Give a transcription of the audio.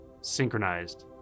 synchronized